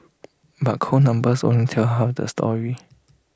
but cold numbers only tell half the story